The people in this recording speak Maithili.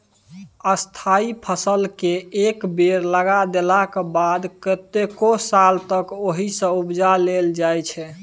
स्थायी फसलकेँ एक बेर लगा देलाक बाद कतेको साल तक ओहिसँ उपजा लेल जाइ छै